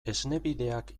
esnebideak